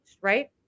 right